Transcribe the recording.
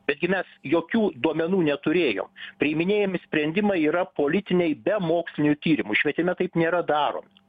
bet gi mes jokių duomenų neturėjom priiminėjami sprendimai yra politiniai be mokslinių tyrimų švietime taip nėra daroma